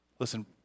Listen